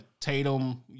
Tatum